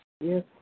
Yes